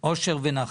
אושר ונחת.